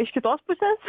iš kitos pusės